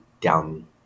down